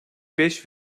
beş